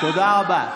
תודה רבה.